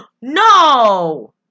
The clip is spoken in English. No